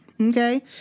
Okay